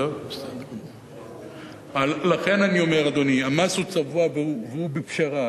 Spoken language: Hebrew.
אני אומר, אדוני, המס צבוע, והוא בפשרה.